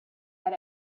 had